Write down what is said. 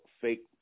fake